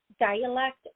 dialect